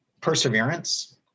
perseverance